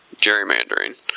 Gerrymandering